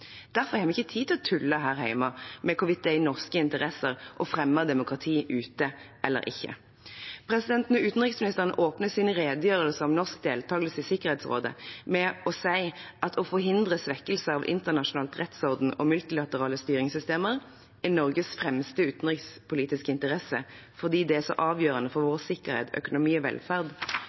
Derfor har vi ikke tid til å tulle her hjemme med hvorvidt det er i norsk interesse å fremme demokrati ute eller ikke. Når utenriksministeren åpner sin redegjørelse om norsk deltagelse i Sikkerhetsrådet med å si at «å forhindre svekkelse av internasjonal rettsorden og multilaterale styringssystemer er Norges fremste utenrikspolitiske interesse, fordi det er så avgjørende for vår sikkerhet, økonomi og velferd»,